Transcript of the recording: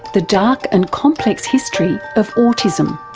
the dark and complex history of autism.